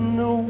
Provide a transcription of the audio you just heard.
no